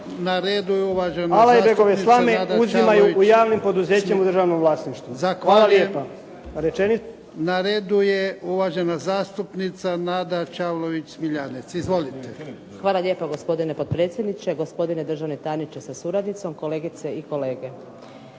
Na redu je uvažena zastupnica Nada Čavlović Smiljanec. Izvolite. **Čavlović Smiljanec, Nada (SDP)** Hvala lijepo gospodine potpredsjedniče. Gospodine državni tajniče sa suradnicom, kolegice i kolege.